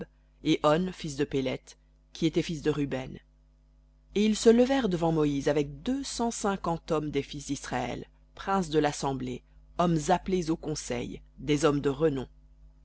et on fils de péleth fils de ruben et ils se levèrent devant moïse avec deux cent cinquante hommes des fils d'israël princes de l'assemblée appelés au conseil des hommes de renom